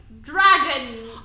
Dragon